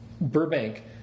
Burbank